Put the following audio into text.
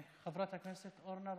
חברת הכנסת אורנה ברביבאי.